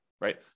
right